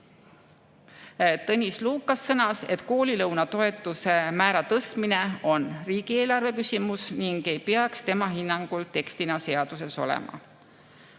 Tõnis Lukas sõnas, et koolilõuna toetuse määra tõstmine on riigieelarve küsimus ning ei peaks tema hinnangul tekstina seaduses olema.